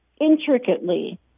intricately